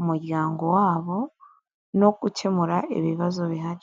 umuryango wabo no gukemura ibibazo bihari.